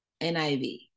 NIV